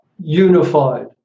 unified